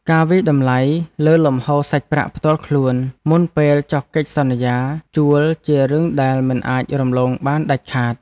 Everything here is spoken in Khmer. ការវាយតម្លៃលើលំហូរសាច់ប្រាក់ផ្ទាល់ខ្លួនមុនពេលចុះកិច្ចសន្យាជួលជារឿងដែលមិនអាចរំលងបានដាច់ខាត។